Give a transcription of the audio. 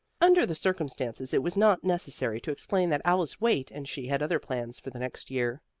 under the circumstances it was not necessary to explain that alice waite and she had other plans for the next year.